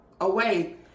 away